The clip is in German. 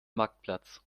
marktplatz